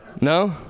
No